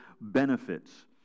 benefits